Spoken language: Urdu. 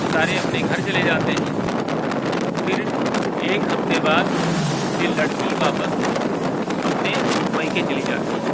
سارے اپنے گھر چلے جاتے ہیں پھر ایک ہفتے بعد پھر لڑکی واپس اپنے میکے چلی جاتی ہے